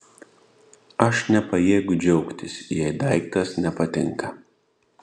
aš nepajėgiu džiaugtis jei daiktas nepatinka